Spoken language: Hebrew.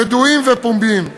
ידועים ופומביים.